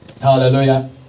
Hallelujah